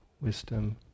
wisdom